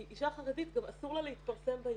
כי אישה חרדית גם אסור לה להתפרסם בעיתונות,